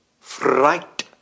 Fright